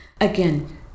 Again